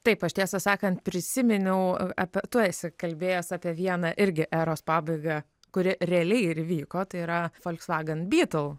taip aš tiesą sakant prisiminiau apie tu esi kalbėjęs apie vieną irgi eros pabaigą kuri realiai ir vyko tai yra volksvagen bytl